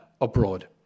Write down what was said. abroad